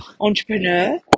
entrepreneur